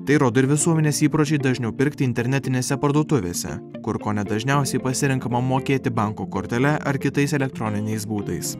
tai rodo ir visuomenės įpročiai dažniau pirkti internetinėse parduotuvėse kur kone dažniausiai pasirenkama mokėti banko kortele ar kitais elektroniniais būdais